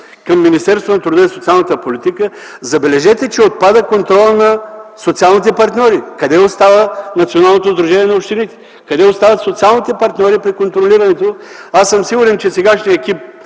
към Министерството на труда и социалната политика – забележете, че отпада контролът на социалните партньори. Къде остава Националното сдружение на общините? Къде остават социалните партньори при контролирането? Аз съм сигурен, че сегашният екип